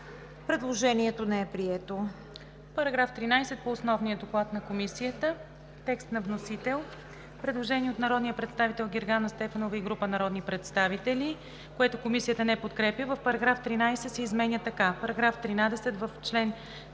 Предложението е прието.